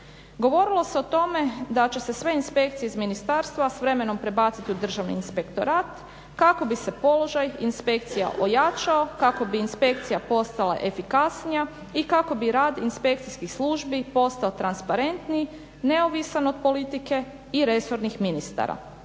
Govorilo se o tome da će se sve inspekcije iz ministarstva s vremenom prebaciti u Državni inspektorat kako bi se položaj inspekcija ojačao kako bi inspekcija postala efikasnija i kako bi rad inspekcijskih službi postao transparentniji neovisan od politike i resornih ministara.